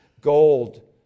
gold